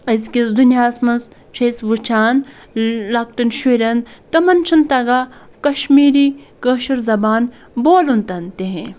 أزۍکِس دُنیاہَس مَنٛز چھِ أسۍ وٕچھان لۄکٹٮ۪ن شُرٮ۪ن تِمَن چھُنہٕ تَگان کَشمیٖری کٲشُر زبان بولُن تَن تِہی